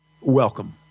welcome